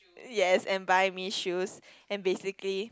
yes and buy me shoes and basically